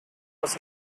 was